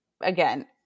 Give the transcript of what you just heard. again